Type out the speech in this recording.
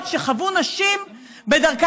נו,